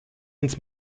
ins